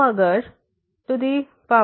तो अगर →0 t →∞